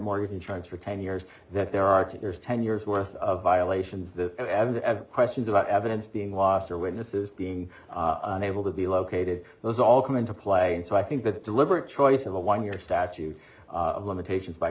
mortgage insurance for ten years that there are ten years ten years worth of violations the questions about evidence being lost or witnesses being unable to be located those all come into play and so i think that deliberate choice of a one year statute of limitations by